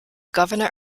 governor